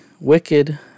wicked